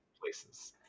places